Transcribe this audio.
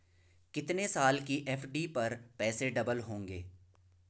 कितने साल की एफ.डी पर पैसे डबल होंगे?